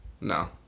No